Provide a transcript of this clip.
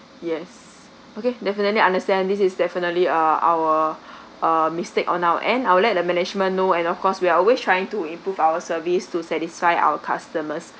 yes okay definitely understand this is definitely ah our uh mistake on our end I would let management know and of course we're always trying to improve our service to satisfy our customers